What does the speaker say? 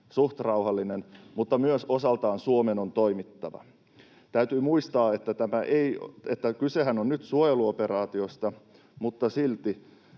suht rauhallinen, myös Suomen on osaltaan toimittava. Täytyy muistaa, että kysehän on nyt suojeluoperaatiosta, mutta silti